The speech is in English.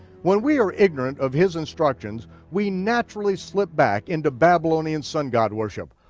when we are ignorant of his instructions we naturally slip back into babylonian sun-god worship,